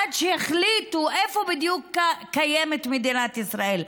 עד שיחליטו איפה בדיוק קיימת מדינת ישראל,